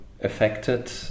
affected